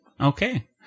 Okay